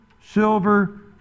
silver